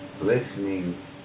listening